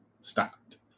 stopped